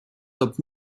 saab